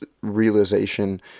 realization